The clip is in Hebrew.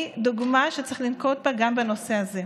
היא דוגמה שצריך לנקוט גם בנושא הזה.